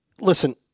listen